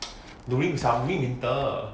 do it in mid winter